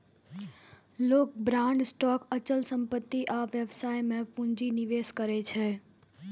लोग bond, stock, अचल संपत्ति आ व्यवसाय मे पूंजी निवेश करै छै